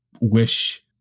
wish